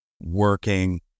working